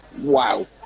Wow